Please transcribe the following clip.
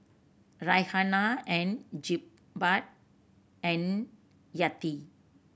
Raihana and Jebat and Yati